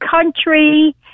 country